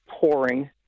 pouring